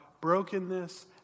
brokenness